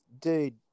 dude